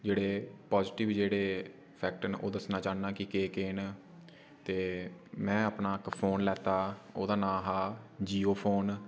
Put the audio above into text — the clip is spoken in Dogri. जेह्डे पाजटिव जेह्ड़े फैक्ट ने ओह् दस्सना चाह्न्नां कि केह् केह् न ते मै अपना इक फोन लैता ओह्दा नांऽ हा जियो फोन